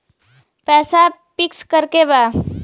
पैसा पिक्स करके बा?